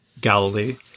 Galilee